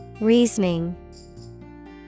Reasoning